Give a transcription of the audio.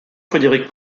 frédéric